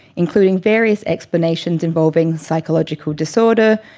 including various explanations involving psychological disorder,